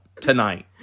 tonight